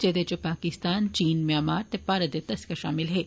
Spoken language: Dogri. जेह्दे च पाकिस्तान चीन म्यामार ते भारत दे तस्कर षामल हे